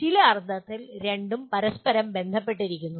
ചില അർത്ഥത്തിൽ രണ്ടും പരസ്പരം ബന്ധപ്പെട്ടിരിക്കുന്നു